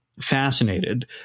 fascinated